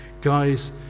Guys